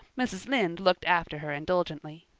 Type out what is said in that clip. mrs. lynde looked after her indulgently.